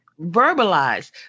verbalize